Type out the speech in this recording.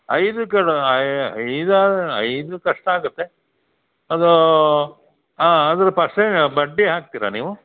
ಐದು ಕಿಲೋ ಐದಾದ ಐದು ಕಷ್ಟ ಆಗುತ್ತೆ ಅದೂ ಹಾಂ ಅದ್ರ ಪಸ್ಟೇ ಬಡ್ಡಿ ಹಾಕ್ತೀರಾ ನೀವು